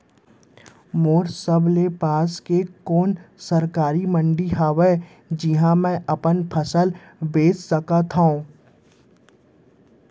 मोर सबले पास के कोन सरकारी मंडी हावे जिहां मैं अपन फसल बेच सकथव?